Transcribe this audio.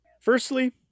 Firstly